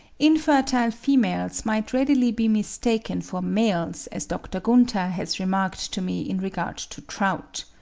infertile females might readily be mistaken for males, as dr. gunther has remarked to me in regard to trout.